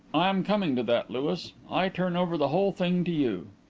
i am coming to that, louis. i turn over the whole thing to you.